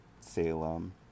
Salem